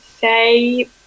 say